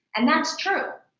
and that's true.